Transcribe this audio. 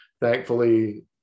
thankfully